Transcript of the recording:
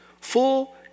Full